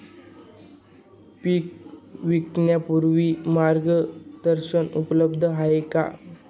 पीक विकण्यापूर्वी मार्गदर्शन उपलब्ध आहे का?